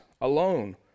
alone